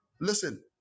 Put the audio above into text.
Listen